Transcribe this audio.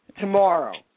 tomorrow